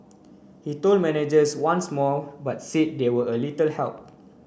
he told managers once more but said they were a little help